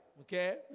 Okay